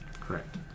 Correct